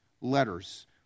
Letters